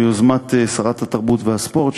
ביוזמת שרת התרבות והספורט,